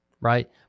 right